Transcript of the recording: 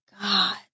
God